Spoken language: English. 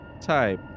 type